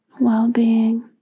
well-being